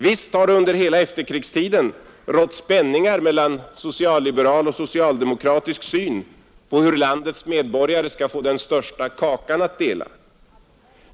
Visst har det under hela efterkrigstiden rått spänningar mellan socialliberal och socialdemokratisk syn på hur landets medborgare skall få den största kakan att dela.